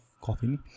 coffee